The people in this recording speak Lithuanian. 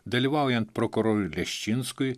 dalyvaujan prokurorui leščinskui